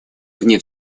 вне